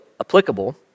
applicable